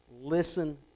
Listen